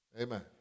Amen